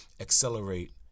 accelerate